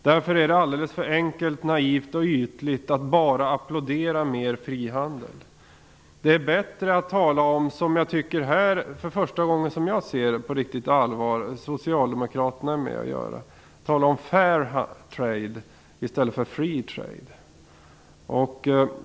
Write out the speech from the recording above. Därför är det alldeles för enkelt, naivt och ytligt att bara applådera mer frihandel. Det är bättre, som Socialdemokraterna nu är med om att göra för första gången riktigt på allvar, att tala om "fair trade" än om "free trade".